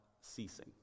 ceasing